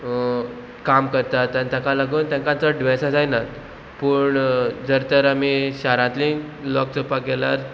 काम करतात आनी ताका लागून तांकां चड दुवेसां जायनात पूण जर तर आमी शारांतली लॉक चोवपाक गेल्यार